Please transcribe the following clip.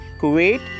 kuwait